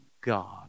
God